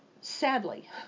sadly